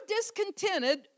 discontented